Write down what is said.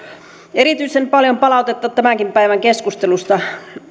erityisen paljon palautetta tämänkin päivän keskustelussa